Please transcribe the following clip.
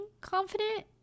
confident